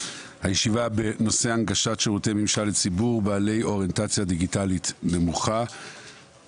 הישיבה בנושא הנגשת שירותי ממשל לציבור בעלי אוריינטציה דיגיטלית נמוכה,